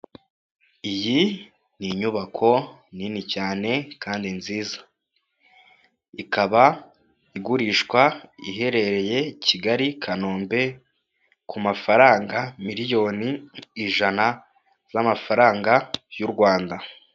Iyi ni inyubako nini cyane kandi nziza, ikaba igurishwa iherereye Kigali Kanombe ku mafaranga miliyoni ijana z'amafaranga y'u Rwanda.